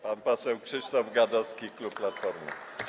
Pan poseł Krzysztof Gadowski, klub Platformy.